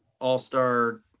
all-star